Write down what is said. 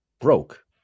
broke